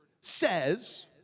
says